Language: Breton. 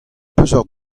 peseurt